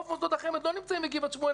לא נמצאים בגבעת שמואל,